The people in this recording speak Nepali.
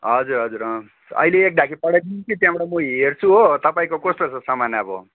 हजुर हजुर अँ अहिले एक ढाकी पठाइदिनुहोस् कि त्यहाँबाट म हेर्छु हो तपाईँको कस्तो छ सामान अब